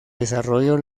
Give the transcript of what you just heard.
desarrollo